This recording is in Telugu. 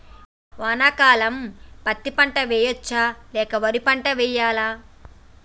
వానాకాలం పత్తి పంట వేయవచ్చ లేక వరి పంట వేయాలా?